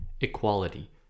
equality